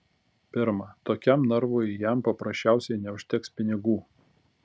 pirma tokiam narvui jam paprasčiausiai neužteks pinigų